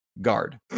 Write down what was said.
guard